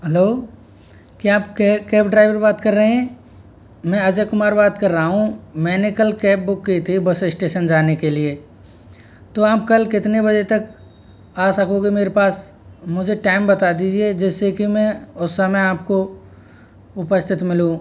hello क्या आप cab driver बात कर रहे है मैं अजय कुमार बात कर रहा हूँ मैंने कल कैब बुक की थी बस स्टेशन जाने के लिए तो आप कल कितने बजे तक आ सकोगे मेरे पास मुझे टाइम बता दीजिए जिससे कि मैं आप को उस समय उपस्थित मिलूँ